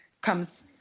comes